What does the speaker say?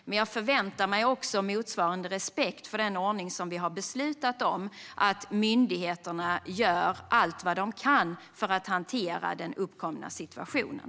Men jag förväntar mig också motsvarande respekt för den ordning som vi har beslutat om, nämligen att myndigheterna gör allt de kan för att hantera den uppkomna situationen.